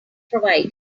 provided